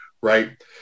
right